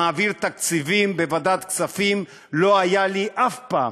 מעביר תקציבים בוועדת הכספים, לא היה לי אף פעם,